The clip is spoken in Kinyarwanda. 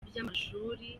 by’amashuri